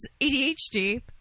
ADHD